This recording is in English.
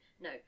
No